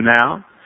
now